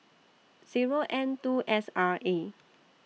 Zero N two S R A